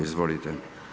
Izvolite.